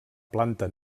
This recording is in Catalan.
planta